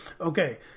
Okay